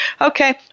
Okay